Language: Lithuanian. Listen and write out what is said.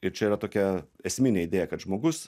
ir čia yra tokia esminė idėja kad žmogus